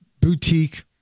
boutique